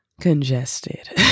Congested